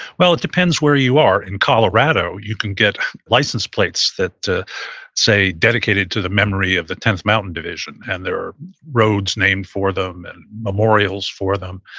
well, it depends where you are. in colorado, you can get license plates that say dedicated to the memory of the tenth mountain division, and there are roads named for them and memorials for them.